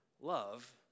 love